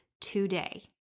today